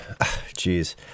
jeez